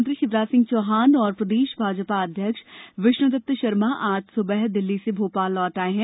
मुख्यमंत्री शिवराज सिंह चौहान और प्रदेश भाजपा अध्यक्ष विष्णुदत्त शर्मा आज सुबह दिल्ली से भोपाल लौट आए हैं